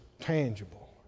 tangible